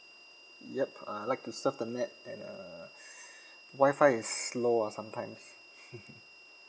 yup uh I like to surf the net and uh wi-fi is slow ah sometimes